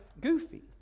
goofy